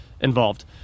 involved